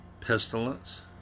pestilence